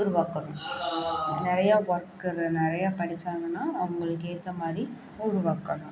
உருவாக்கணும் நிறையா ஒர்க்கரை நிறையா படிச்சாங்கன்னா அவங்களுக்கு ஏற்ற மாதிரி உருவாக்கணும்